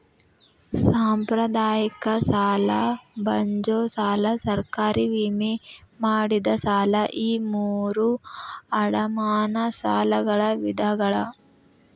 ಸಾಂಪ್ರದಾಯಿಕ ಸಾಲ ಜಂಬೋ ಸಾಲ ಸರ್ಕಾರಿ ವಿಮೆ ಮಾಡಿದ ಸಾಲ ಈ ಮೂರೂ ಅಡಮಾನ ಸಾಲಗಳ ವಿಧಗಳ